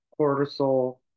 cortisol